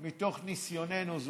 מתוך ניסיוננו,